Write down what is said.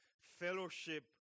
fellowship